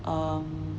um